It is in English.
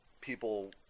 people